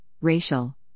racial